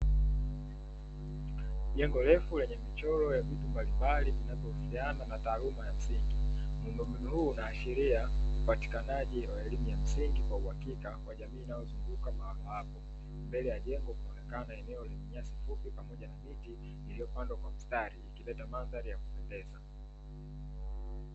Jengo refu lenye michoro ya vitu mbalimbali vinavyohusiana na taaluma ya msingi. Muundombinu huu unaashiria upatikanaji wa elimu ya msingi kwa uhakika, kwa jamii inayozunguka mahala hapo. Mbele ya jengo kunaonekana wa eneo lenye nyasi fupi, pamoja na miti iliyopandwa kwa mstari ikileta mandhari ya kupendeza.